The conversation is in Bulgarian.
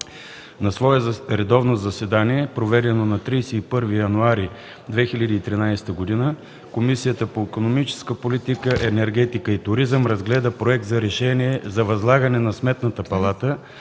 На свое редовно заседание, проведено на 31 януари 2013 г., Комисията по икономическата политика, енергетика и туризъм разгледа проект за решение за възлагане на Сметната палата